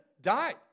died